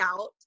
out